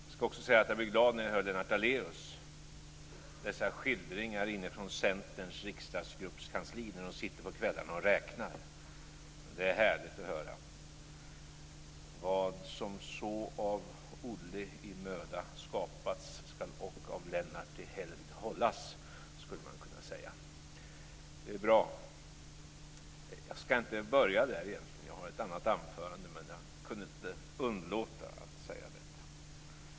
Jag ska också säga att jag blir glad när jag hör Lennart Daléus och dessa skildringar inifrån Centerns riksdagsgruppskansli, där de sitter på kvällarna och räknar. Det är härligt att höra. Vad som så av Olle i möda skapats, skall ock av Lennart i helgd hållas, skulle man kunna säga. Jag ska egentligen inte börja med detta. Jag har ett annat anförande, men jag kunde inte underlåta att säga detta.